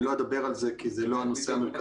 אני לא אדבר על זה כי זה לא הנושא המרכזי,